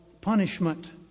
punishment